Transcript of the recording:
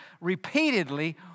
repeatedly